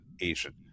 Asian